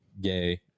gay